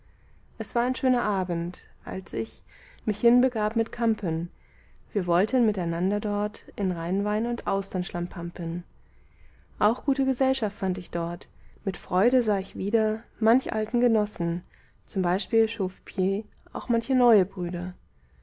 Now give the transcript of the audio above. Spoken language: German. es war ein schöner abend als ich mich hinbegab mit campen wir wollten miteinander dort in rheinwein und austern schlampampen auch gute gesellschaft fand ich dort mit freude sah ich wieder manch alten genossen zum beispiel chaufepi auch manche neue brüder